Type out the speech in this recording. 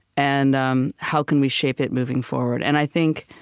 and um how can we shape it moving forward? and i think